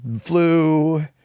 flu